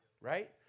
Right